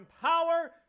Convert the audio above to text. power